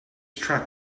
track